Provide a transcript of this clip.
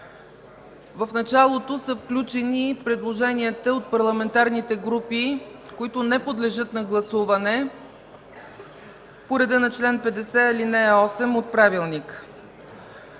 В началото са включени предложенията от парламентарните групи, които не подлежат на гласуване – по реда на чл. 50, ал. 8 от Правилника.